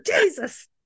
Jesus